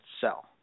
sell